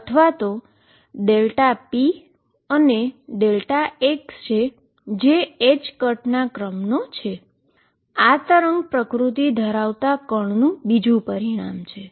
આ wave nature ધરાવતા પાર્ટીકલનું બીજું પરિણામ છે